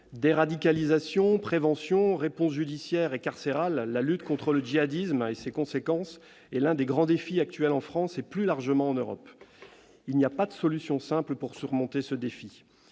déradicalisation, prévention, réponse judiciaire et carcérale, la lutte contre le djihadisme et ses conséquences est l'un des grands défis qui se posent actuellement en France et, plus largement, en Europe. Il n'y a pas de solutions simples pour le relever.